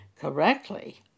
correctly